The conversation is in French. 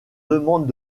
demandes